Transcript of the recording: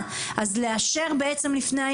אז אנחנו מדביקים את הפער לפחות של מה